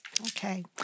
Okay